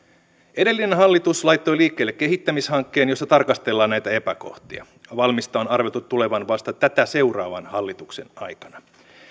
edellinen hallitus laittoi liikkeelle kehittämishankkeen jossa tarkastellaan näitä epäkohtia valmista on arveltu tulevan vasta tätä seuraavan hallituksen aikana